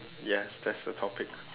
yes that's the topic